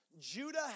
Judah